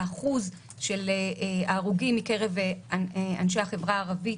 שיעור ההרוגים מקרב אנשי החברה הערבית